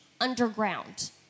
underground